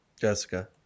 Jessica